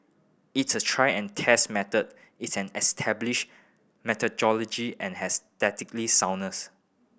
it's a tried and tested method it's an established methodology and has soundness